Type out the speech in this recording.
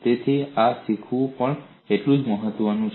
તેથી આ શીખવું પણ એટલું જ મહત્વનું છે